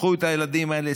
קחו את הילדים האלה,